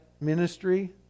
ministry